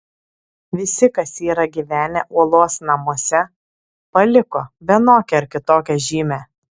visi kas yra gyvenę uolos namuose paliko vienokią ar kitokią žymę